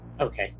Okay